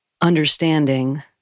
Understanding